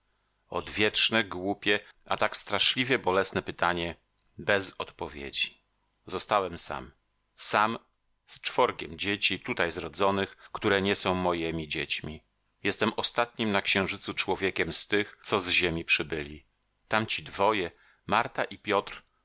odwieczne głupie a tak straszliwie bolesne pytanie bez odpowiedzi zostałem sam sam z czworgiem dzieci tutaj zrodzonych które nie są mojemi dziećmi jestem ostatnim na księżycu człowiekiem z tych co z ziemi przybyli tamci dwoje marta i piotr